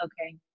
okay